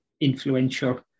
influential